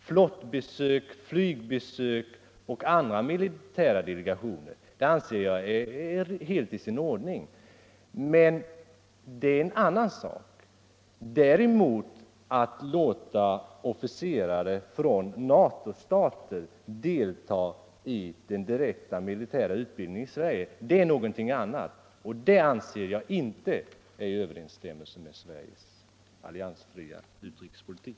Flottbesök, flygbesök och besök av andra militära delegationer anser jag vara helt i sin ordning, men det är en sak för sig. Att låta officerare från NATO-stater delta i den direkta militära utbildningen i Sverige är någonting annat, och det anser jag inte vara i överensstämmelse med Sveriges alliansfria utrikespolitik.